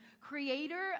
Creator